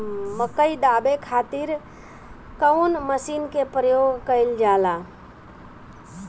मकई दावे खातीर कउन मसीन के प्रयोग कईल जाला?